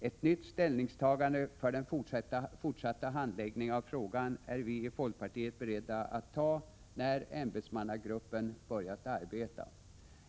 Ett nytt ställningstagande för den fortsatta handläggningen av frågan är vi i folkpartiet beredda att ta när ämbetsmannagruppen börjat arbeta.